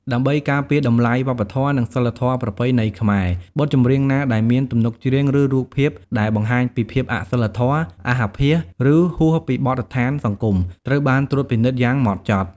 ដើម្បីការពារតម្លៃវប្បធម៌ និងសីលធម៌ប្រពៃណីខ្មែរ បទចម្រៀងណាដែលមាន ទំនុកច្រៀង ឬរូបភាពដែលបង្ហាញពីភាពអសីលធម៌ អាសអាភាស ឬហួសពីបទដ្ឋានសង្គម ត្រូវបានត្រួតពិនិត្យយ៉ាងម៉ត់ចត់។